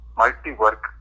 multi-work